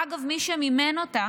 אגב, מי שמימן אותה